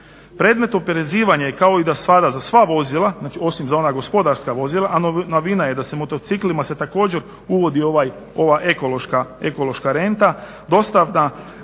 Predmet oporezivanja kao i do sada za sva vozila, znači osim za ona gospodarska vozila a novina je da se motociklima se također uvodi ova ekološka renta dostavna